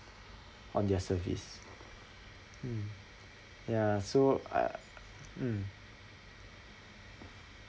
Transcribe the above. on their service mm ya so I uh mm